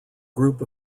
group